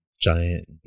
giant